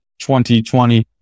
2020